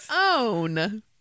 own